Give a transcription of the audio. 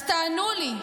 אז תענו לי,